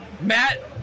Matt